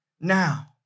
now